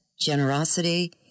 generosity